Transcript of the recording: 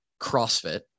CrossFit